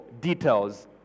details